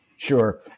Sure